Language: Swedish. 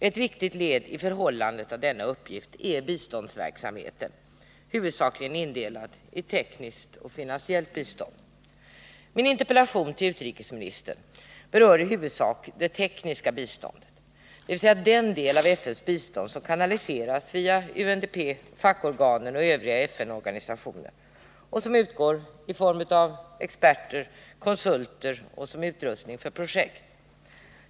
Ett viktigt led i fullgörandet av denna uppgift är biståndsverksamheten, huvudsakligen indelad i tekniskt och finansiellt bistånd. Min interpellation till utrikesministern berör i huvudsak det tekniska biståndet, dvs. den del av FN-bistånaet som kanaliseras via UNDP, fackorganen och övriga FN-organisationer och som utgår i form av experter, konsulter och som utrustning för projekt.